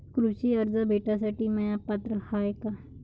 कृषी कर्ज भेटासाठी म्या पात्र हाय का?